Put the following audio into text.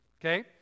okay